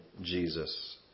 Jesus